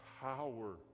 power